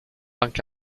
anche